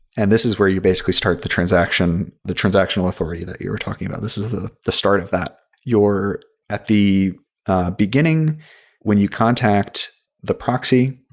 and this is where you basically start the transaction, the transactional authority that you're talking about. this is the the start of that. you're at the beginning when you contact the proxy.